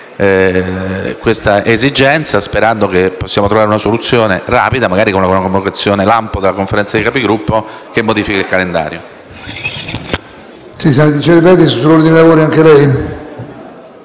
tale esigenza, sperando di trovare una soluzione rapida, magari con una convocazione lampo della Conferenza dei Capigruppo che modifichi il calendario.